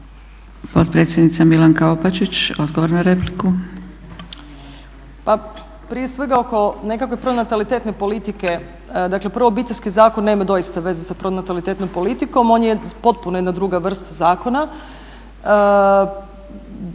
Potpredsjednica Milanka Opačić, odgovor na repliku. **Opačić, Milanka (SDP)** Pa prije svega oko nekakve pronatalitetne politike, dakle prvo Obiteljski zakon nema doista veze sa pronatalitetnom politikom, on je potpuno jedna druga vrsta zakona.